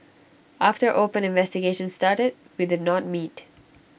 after open investigations started we did not meet